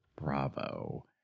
bravo